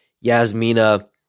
Yasmina